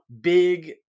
big